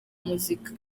muzika